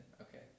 okay